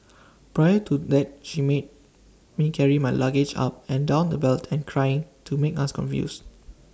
prior to that she made made carry my luggage up and down the belt and trying to make us confused